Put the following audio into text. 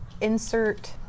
insert